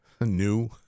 new